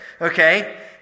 okay